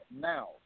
now